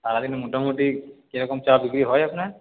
সারাদিনে মোটামুটি কীরকম চা বিক্রি হয় আপনার